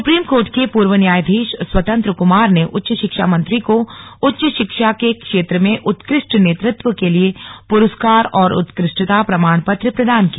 supreme court के पूर्व न्यायाधीश स्वतंत्र कुमार ने उच्च शिक्षा मंत्री को उच्च शिक्षा के क्षेत्र में उत्कृष्ट नेतृत्व के लिए पुरस्कार और उत्कृष्टता प्रमाण पत्र प्रदान किया